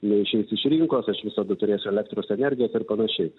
neišeis iš rinkos aš visada turėsiu elektros energijos ir panašiai